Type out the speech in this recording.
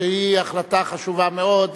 שהיא החלטה חשובה מאוד,